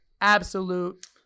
absolute